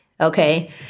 okay